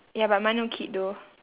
ya but mine no kid though